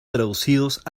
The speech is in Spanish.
traducidos